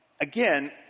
again